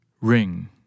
Ring